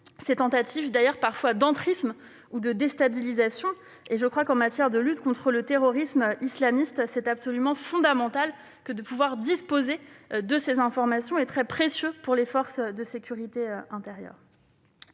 ses tentatives d'entrisme ou de déstabilisation. En matière de lutte contre le terrorisme islamiste, il est absolument fondamental de pouvoir disposer de ces informations, très précieuses pour les forces de sécurité intérieure.